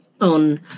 On